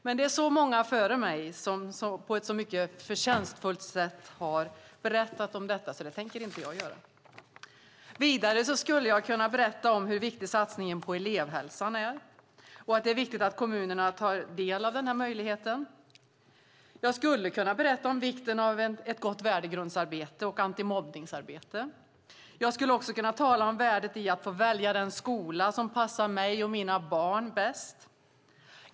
Men det är många före mig som på ett mycket förtjänstfullt sätt berättat om detta, så det tänker jag inte göra. Vidare skulle jag kunna berätta om hur viktig satsningen på elevhälsan är och att det är viktigt att kommunerna tar del av denna möjlighet. Jag skulle kunna berätta om vikten av ett gott värdegrundsarbete och antimobbningsarbete. Jag skulle också kunna tala om värdet i att få välja den skola som passar mig och mina barn bäst.